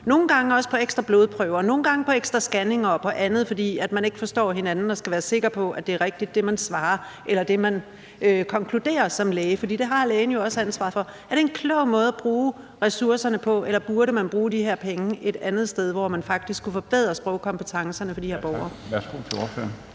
nogle gange også på ekstra blodprøver og nogle gange på ekstra scanninger og på andet, fordi man ikke forstår hinanden og skal være sikre på, at det, man svarer eller konkluderer som læge, er rigtigt, for det har lægen jo også ansvaret for. Er det en klog måde at bruge ressourcerne på, eller burde man bruge de her penge et andet sted, hvor man faktisk kunne forbedre sprogkompetencerne hos de her borgere?